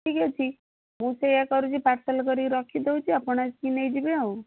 ଯେତିକି ଅଛି ମୁଁ ସେଇଆ କରୁଛି ପାର୍ସଲ୍ କରିକି ରଖିଦେଉଛି ଆପଣ ଆସିକି ନେଇଯିବେ ଆଉ